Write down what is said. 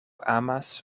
amas